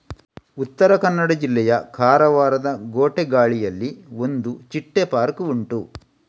ಉತ್ತರ ಕನ್ನಡ ಜಿಲ್ಲೆಯ ಕಾರವಾರದ ಗೋಟೆಗಾಳಿಯಲ್ಲಿ ಒಂದು ಚಿಟ್ಟೆ ಪಾರ್ಕ್ ಉಂಟು